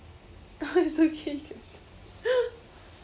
it's okay you can speak